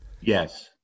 yes